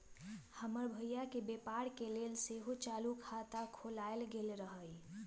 हमर भइया के व्यापार के लेल सेहो चालू खता खोलायल गेल रहइ